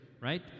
right